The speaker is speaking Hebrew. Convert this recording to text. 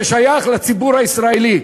זה שייך לציבור הישראלי.